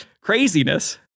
craziness